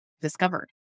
discovered